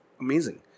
amazing